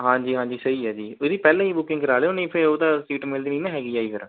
ਹਾਂਜੀ ਹਾਂਜੀ ਸਹੀ ਆ ਜੀ ਇਹਦੀ ਪਹਿਲਾਂ ਹੀ ਬੁਕਿੰਗ ਕਰਾ ਲਿਓ ਨਹੀਂ ਫੇਰ ਉੱਦਾਂ ਸੀਟ ਮਿਲਦੀ ਨਹੀਂ ਨਾ ਹੈਗੀ ਆ ਜੀ ਫੇਰ